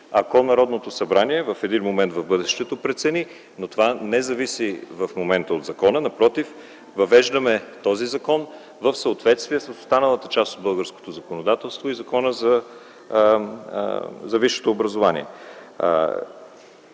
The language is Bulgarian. ако Народното събрание в един момент в бъдещето прецени. Това в момента не зависи от закона. Напротив, привеждаме този закон в съответствие с останалата част от българското законодателство и със Закона за висшето образование.